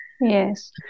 yes